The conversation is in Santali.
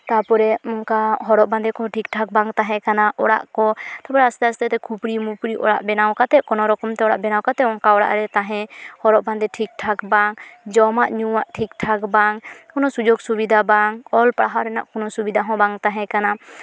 ᱛᱟᱨᱯᱚᱨᱮ ᱚᱱᱠᱟ ᱦᱚᱨᱚᱜ ᱵᱟᱸᱫᱮ ᱠᱚ ᱚᱱᱠᱟ ᱴᱷᱤᱠ ᱴᱷᱟᱠ ᱵᱟᱝ ᱛᱟᱦᱮᱸ ᱠᱟᱱᱟ ᱚᱲᱟᱜ ᱠᱚ ᱛᱚᱵᱮ ᱟᱥᱛᱮ ᱟᱥᱛᱮ ᱛᱮ ᱠᱷᱩᱯᱲᱤ ᱢᱩᱯᱲᱤ ᱚᱲᱟᱜ ᱵᱮᱱᱟᱣ ᱠᱟᱛᱮᱫ ᱠᱚᱱᱚ ᱨᱚᱠᱚᱢᱛᱮ ᱚᱲᱟᱜ ᱵᱮᱱᱟᱣ ᱠᱟᱛᱮᱫ ᱚᱱᱠᱟ ᱚᱲᱟᱜ ᱨᱮ ᱛᱟᱦᱮᱸ ᱦᱚᱨᱚᱜ ᱵᱟᱸᱫᱮ ᱴᱷᱤᱠ ᱴᱷᱟᱠ ᱵᱟᱝ ᱡᱚᱢᱟᱜ ᱧᱩᱣᱟᱜ ᱴᱷᱤᱠ ᱴᱷᱟᱠ ᱵᱟᱝ ᱠᱳᱱᱳ ᱥᱩᱡᱳᱜᱽ ᱥᱩᱵᱤᱫᱷᱟ ᱵᱟᱝ ᱚᱞ ᱯᱟᱲᱦᱟᱣ ᱨᱮᱱᱟᱜ ᱠᱳᱱᱳ ᱥᱩᱵᱤᱫᱷᱟ ᱦᱚᱸ ᱵᱟᱝ ᱛᱟᱦᱮᱸ ᱠᱟᱱᱟ